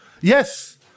Yes